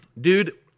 dude